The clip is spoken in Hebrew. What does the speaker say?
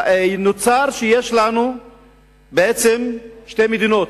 נוצר מצב שיש לנו בעצם שתי מדינות,